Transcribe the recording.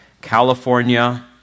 California